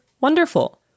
wonderful